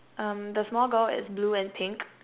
um the small girl is blue and pink